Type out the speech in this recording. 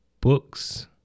books